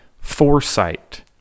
foresight